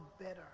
better